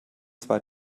zwei